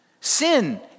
Sin